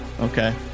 Okay